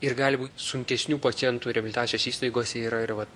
ir gali būt sunkesnių pacientų reabilitacijos įstaigose yra ir vat